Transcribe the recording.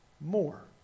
more